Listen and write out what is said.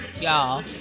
Y'all